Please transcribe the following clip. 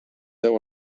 deu